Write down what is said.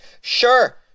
Sure